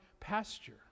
pasture